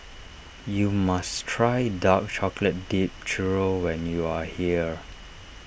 you must try Dark Chocolate Dipped Churro when you are here